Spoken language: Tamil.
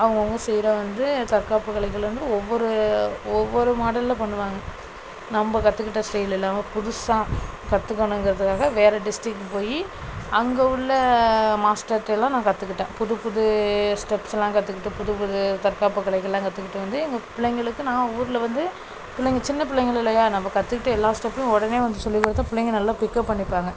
அவங்கவுங்க செய்யறது வந்து தற்காப்பு கலைகள் வந்து ஒவ்வொரு ஒவ்வொரு மாடலில் பண்ணுவாங்க நம்ப கற்றுக்கிட்ட ஸ்டெயிலு இல்லாமல் புதுசாக கற்றுக்கணுங்கறதுக்காக வேறு டிஸ்ட்ரிக்கு போய் அங்கே உள்ள மாஸ்ட்டர்ட்டலாம் நான் கற்றுக்கிட்டேன் புது புது ஸ்டெப்ஸ்லாம் கற்றுக்கிட்டு புது புது தற்காப்பு கலைகள் எல்லாம் கற்றுக்கிட்டு வந்து எங்கள் பிள்ளைங்களுக்கு நான் ஊரில் வந்து பிள்ளைங்கள் சின்ன பிள்ளைங்கள் இல்லையா நம்ப கற்றுக்கிட்டு எல்லா ஸ்டெப்பையும் உடனே வந்து சொல்லி கொடுத்தா பிள்ளைங்கள் நல்லா பிக்கப் பண்ணிப்பாங்க